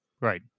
Right